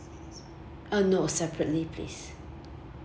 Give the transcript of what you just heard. uh no separately please